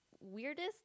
weirdest